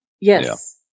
Yes